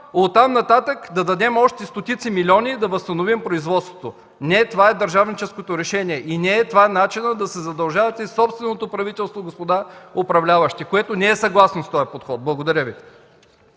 от там нататък да дадем още стотици милиони да възстановим производството? Не е това държавническото решение и не е това начинът да задължавате собственото си правителство, господа управляващи, което не е съгласно с този подход. Благодаря Ви.